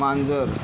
मांजर